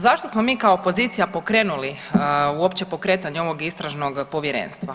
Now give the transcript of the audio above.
Zašto smo mi kao opozicija pokrenuli uopće pokretanje ovog istražnog povjerenstva?